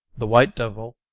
the white devil,